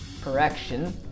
Correction